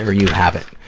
ah you have it.